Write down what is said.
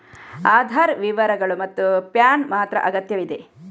ಆಧಾರ್ ವಿವರಗಳು ಮತ್ತು ಪ್ಯಾನ್ ಮಾತ್ರ ಅಗತ್ಯವಿದೆ